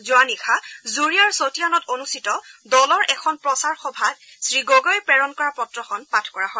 যোৱানিশা জুৰীয়াৰ চতিয়ানত অনুষ্ঠিত দলৰ এখন প্ৰচাৰ সভাত শ্ৰীগগৈয়ে প্ৰেৰণ কৰা পত্ৰখন পাঠ কৰা হয়